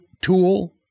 tool